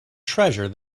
treasure